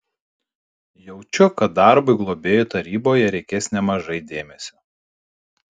jaučiu kad darbui globėjų taryboje reikės nemažai dėmesio